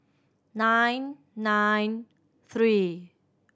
nine nine three